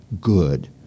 good